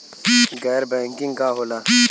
गैर बैंकिंग का होला?